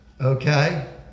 okay